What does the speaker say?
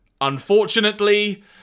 unfortunately